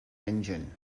engine